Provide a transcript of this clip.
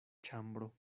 ĉambro